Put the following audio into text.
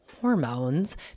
hormones